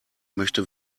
möchte